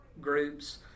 groups